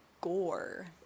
gore